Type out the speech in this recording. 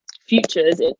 futures